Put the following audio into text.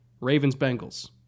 Ravens-Bengals